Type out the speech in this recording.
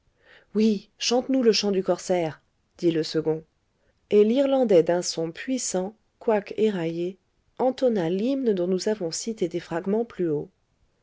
oui chante nous le chant du corsaire dit le second et l'irlandais d'union puissant quoique éraillé entonna l'hymne dont nous avons cité des fragments plus haut